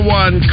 one